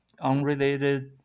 unrelated